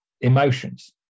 emotions